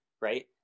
right